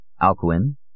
Alcuin